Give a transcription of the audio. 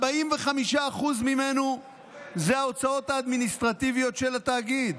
45% ממנו זה ההוצאות האדמיניסטרטיביות של התאגיד.